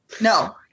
no